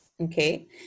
okay